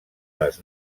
les